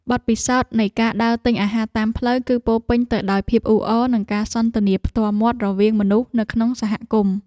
បទពិសោធន៍នៃការដើរទិញអាហារតាមផ្លូវ គឺពោរពេញទៅដោយភាពអ៊ូអរនិងការសន្ទនាផ្ទាល់មាត់រវាងមនុស្សនៅក្នុងសហគមន៍។